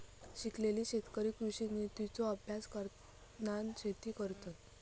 शिकलेले शेतकरी कृषि नितींचो अभ्यास करान शेती करतत